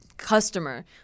Customer